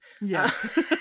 yes